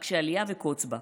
רק שאליה וקוץ בה,